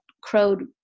crowed